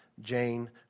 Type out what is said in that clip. Jane